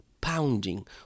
pounding